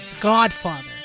Godfather